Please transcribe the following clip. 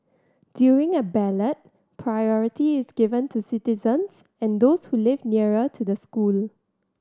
during a ballot priority is given to citizens and those who live nearer to the school